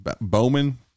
Bowman